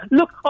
Look